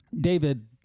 David